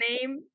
name